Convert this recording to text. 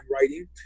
writing